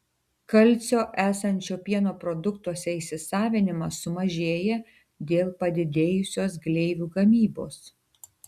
kalcio esančio pieno produktuose įsisavinimas sumažėja dėl padidėjusios gleivių gamybos